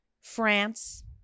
France